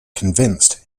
convinced